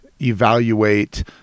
evaluate